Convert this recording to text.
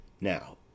now